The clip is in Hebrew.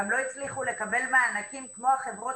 הם גם לא הצליחו לקבל מענקים כמו החברות